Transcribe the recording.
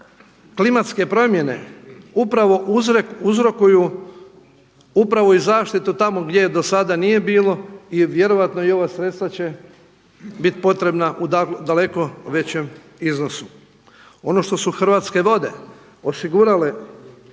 klimatske promjene upravo uzrokuju upravo i zaštitu tamo gdje je do sada nije bilo i vjerojatno i ova sredstva će biti potrebna u daleko većem iznosu. Ono što su Hrvatske vode osigurale